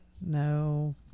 No